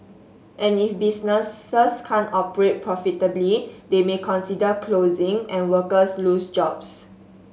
and if businesses can't operate profitably they may consider closing and workers lose jobs